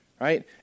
right